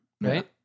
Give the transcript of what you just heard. right